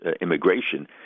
immigration